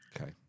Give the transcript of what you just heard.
okay